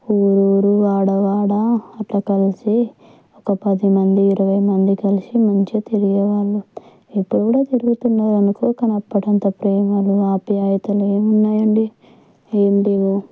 ఊరు ఊరు వాడ వాడ అట్లా కలిసి ఒక పది మంది ఇరవై మంది కలిసి మంచిగా తిరిగేవాళ్ళు ఇప్పుడు కూడా తిరుగుతున్నారు అనుకో కానీ అప్పుడంత ప్రేమలు ఆప్యాయతలు ఏం ఉన్నాయి అండి ఏం లేవు